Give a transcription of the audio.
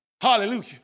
Hallelujah